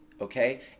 Okay